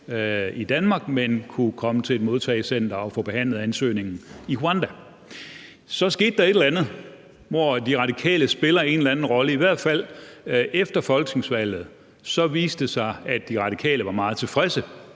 i Danmark, men kunne komme til et modtagecenter og få behandlet ansøgningen i Rwanda. Så skete der et eller andet, hvor De Radikale spiller en eller anden rolle. I hvert fald viste det sig efter folketingsvalget, at De Radikale var meget tilfredse